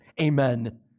Amen